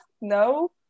no